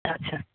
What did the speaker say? আচ্ছা